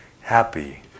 Happy